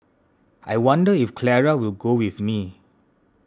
I wonder if Clara will go with me